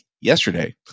yesterday